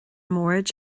mbord